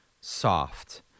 soft